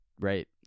right